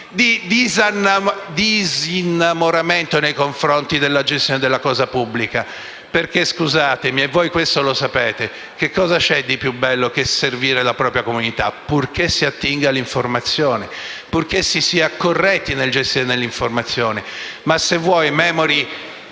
di disinnamoramento nei confronti della gestione della cosa pubblica, perché - scusatemi, e voi questo lo sapete - cosa c'è di più bello che servire la propria comunità? Purché si attinga all'informazione, purché si sia corretti nella gestione dell'informazione. Ma se voi, memori